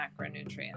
macronutrients